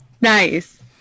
Nice